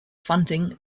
funding